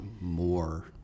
more